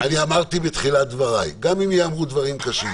אמרתי בתחילת דבריי, גם אם ייאמרו דברים קשים,